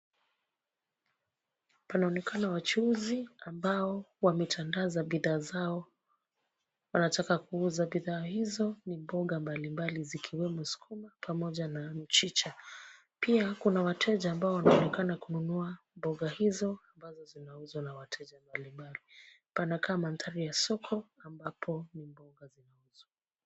Panaonekana wachuzi ambao wametandaza bidhaa zao. Wanataka kuuza bidhaa hizo ni mboga mbalimbali zikiwemo sukuma pamoja na mchicha. Pia kuna wateja ambao wanaonekana kununua mboga hizo ambazo zinauzwa na wateja mbalimbali .Panakaa mandhari ya soko ambapo ni mboga zinauzwa.